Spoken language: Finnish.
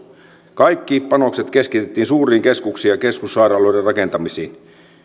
kaikki panokset keskitettiin suuriin keskuksiin ja keskussairaaloiden rakentamisiin